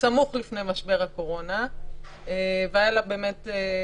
בסמוך לפני משבר הקורונה והיה לה פוטנציאל